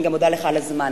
ואני גם מודה לך על הזמן.